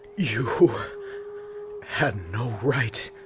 you. had no right.